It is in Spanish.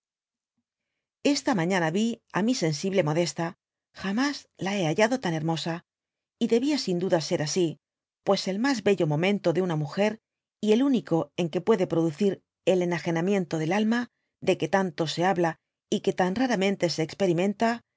esta mañana vi á mi sensible modesta jamas la hé hallado tan hermosa y debia sin duda ser asi pues el mas bello momento de una múger y el único en que puede producir el enagenamientodel alma de que tanto se habla y que tan raramente se experimenta